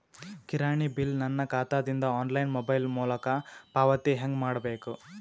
ಕಿರಾಣಿ ಬಿಲ್ ನನ್ನ ಖಾತಾ ದಿಂದ ಆನ್ಲೈನ್ ಮೊಬೈಲ್ ಮೊಲಕ ಪಾವತಿ ಹೆಂಗ್ ಮಾಡಬೇಕು?